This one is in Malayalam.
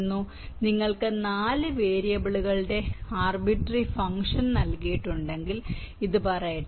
അതിനാൽ നിങ്ങൾക്ക് 4 വേരിയബിളുകളുടെ ആർബിറ്ററി ഫങ്ക്ഷൻ നൽകിയിട്ടുണ്ടെങ്കിൽ ഇത് പറയട്ടെ